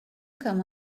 come